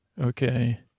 okay